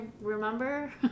remember